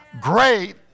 Great